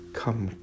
come